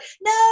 no